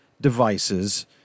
devices